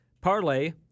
parlay